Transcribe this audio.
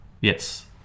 Yes